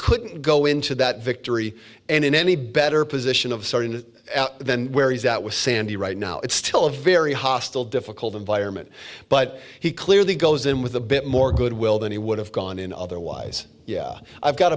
could go into that victory and in any better position of starting to then where he's out with sandy right now it's still a very hostile difficult environment but he clearly goes in with a bit more goodwill than he would have gone in otherwise i've got